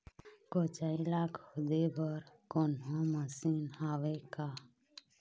कोचई ला खोदे बर कोन्हो मशीन हावे का?